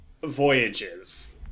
voyages